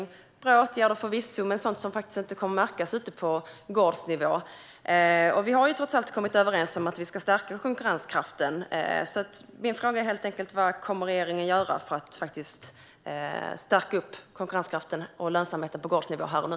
Jag tycker att det är bra åtgärder, förvisso, men det är sådant som faktiskt inte kommer att märkas ute på gårdsnivå. Vi har trots allt kommit överens om att vi ska stärka konkurrenskraften. Min fråga är helt enkelt vad regeringen kommer att göra för att faktiskt stärka konkurrenskraften och lönsamheten på gårdsnivå här och nu.